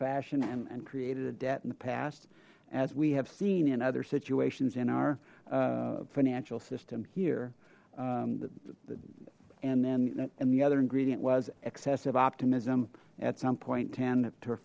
fashion and created a debt in the past as we have seen in other situations in our financial system here and then and the other ingredient was excessive optimism at some point ten